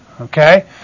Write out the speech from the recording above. Okay